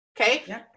Okay